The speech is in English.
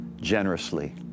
generously